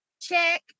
Check